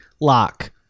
lock